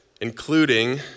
including